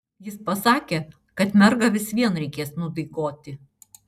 jis pasakė kad mergą vis vien reikės nudaigoti